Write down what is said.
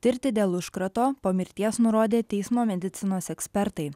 tirti dėl užkrato po mirties nurodė teismo medicinos ekspertai